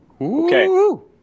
okay